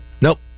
Nope